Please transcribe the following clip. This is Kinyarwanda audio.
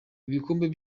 ibikombe